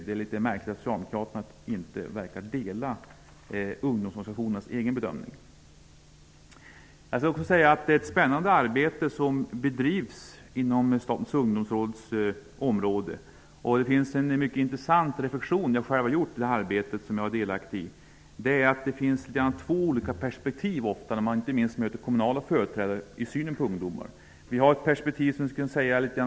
Det är märkligt att socialdemokraterna inte delar ungdomsorganisationernas egen bedömning. Det är ett spännande arbete som bedrivs inom Statens ungdomsråds område. Jag har gjort en mycket intressant reflexion i anslutning till detta arbete, som jag själv deltar i. Det finns två olika perspektiv i den syn som man har på ungdomar, perspektiv som man ofta möter inte minst när man träffar regionala företrädare.